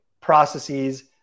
processes